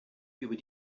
über